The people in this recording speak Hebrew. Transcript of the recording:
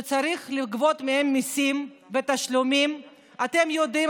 כשצריך לגבות מהם מיסים ותשלומים אתם יודעים